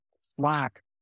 Slack